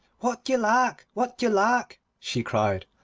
what d'ye lack? what d'ye lack she cried,